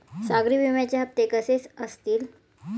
सागरी विम्याचे हप्ते कसे असतील?